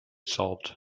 solved